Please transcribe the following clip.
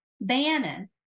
bannon